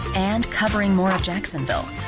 and covering more of jacksonville.